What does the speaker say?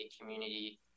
community